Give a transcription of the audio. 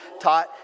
taught